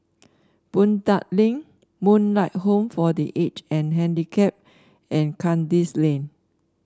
Boon Tat Link Moonlight Home for The Aged and Handicapped and Kandis Lane